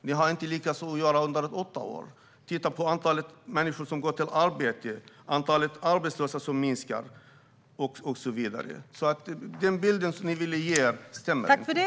Ni lyckades inte med det under åtta år. Titta på antalet människor som går till ett arbete! Titta på antalet arbetslösa som minskar! Den bild som ni vill ge stämmer inte.